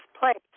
place